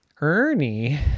Ernie